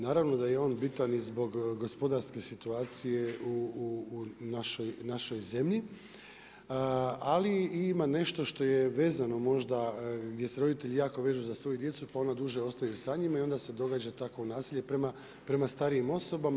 Naravno da je on bitan i zbog gospodarske situacije u našoj zemlji, ali ima nešto što je vezano možda, gdje se roditelji jako vežu za svoju djecu pa ona duže ostaju sa njime i onda se događa takvo nasilje prema starijim osobama.